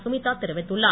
சுமித்தா தெரிவித்துள்ளார்